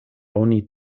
oni